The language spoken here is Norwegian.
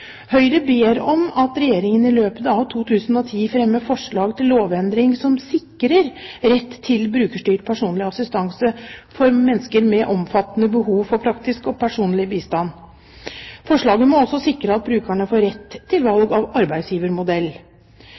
Høyre ber om at Regjeringen i løpet av 2010 fremmer forslag til lovendring som sikrer mennesker med omfattende behov for praktisk og personlig bistand rett til brukerstyrt personlig assistanse. Forslaget må også sikre at brukerne får rett til valg av arbeidsgivermodell.